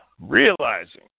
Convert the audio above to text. Realizing